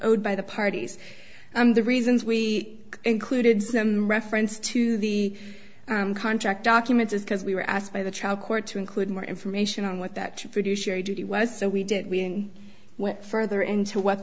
owed by the parties the reasons we included some reference to the contract documents is because we were asked by the trial court to include more information on what that to produce your duty was so we did we went further into what